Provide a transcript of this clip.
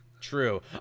True